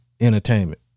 entertainment